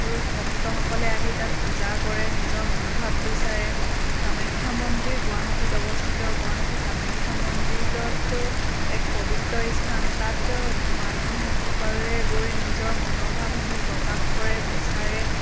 ভক্তসকলে আহি তাত পূজা কৰে নিজৰ মনোভাৱ বিচাৰে কামাখ্যা মন্দিৰ গুৱাহাটিত অৱস্থিত গুৱাহাটি কামাখ্যা মন্দিৰত এক পৱিত্ৰ স্থান তাত মানুহক বাৰে গৈ নিজৰ মনোভাৱসমূহ প্ৰকাশ কৰে বিচাৰে